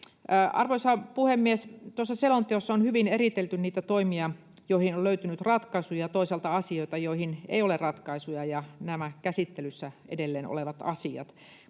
Arvoisa puhemies! Tuossa selonteossa on hyvin eritelty niitä toimia, joilla on löytynyt ratkaisuja, ja toisaalta asioita, joihin ei ole ratkaisuja, ja käsittelyssä edelleen olevat asiat.